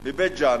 מבית-ג'ן